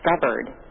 discovered